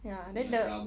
ya then the